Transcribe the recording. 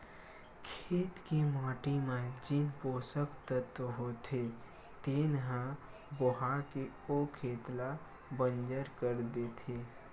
खेत के माटी म जेन पोसक तत्व होथे तेन ह बोहा के ओ खेत ल बंजर कर देथे